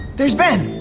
there's ben.